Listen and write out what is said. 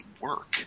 work